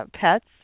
pets